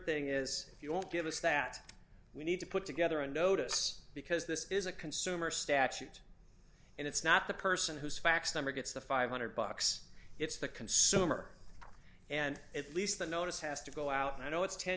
thing is if you don't give us that we need to put together a notice because this is a consumer statute and it's not the person who's fax number gets the five hundred bucks it's the consumer and at least the notice has to go out and i know it's ten